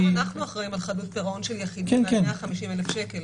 גם אנחנו אחראיים על חדלות פירעון של יחידים עד 150,000 ₪,